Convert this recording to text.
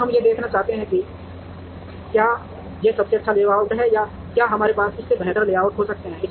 अब हम यह देखना चाहते हैं कि क्या यह सबसे अच्छा लेआउट है या क्या हमारे पास इससे बेहतर लेआउट हो सकते हैं